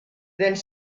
tens